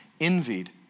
envied